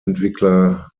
entwickler